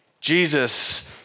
Jesus